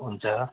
हुन्छ